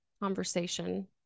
conversation